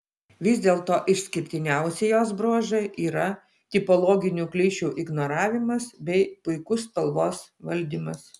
vis dėlto išskirtiniausi jos bruožai yra tipologinių klišių ignoravimas bei puikus spalvos valdymas